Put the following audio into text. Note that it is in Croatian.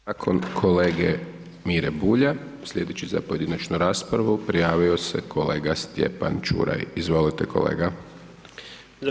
Nakon kolege Mire Bulja slijedeći za pojedinačnu raspravu prijavio se kolega Stjepan Čuraj, izvolite kolega.